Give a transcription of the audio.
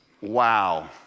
Wow